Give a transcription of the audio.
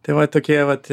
tai vat tokie vat